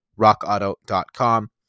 rockauto.com